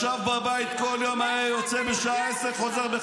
אתה, מבחינתך, M16 --- לא צריכים חיל מודיעין?